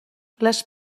les